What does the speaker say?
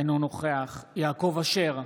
אינו נוכח יעקב אשר,